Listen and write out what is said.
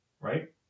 right